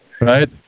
Right